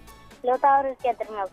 liutauras giedrimas